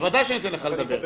בוודאי שאני אתן לך לדבר.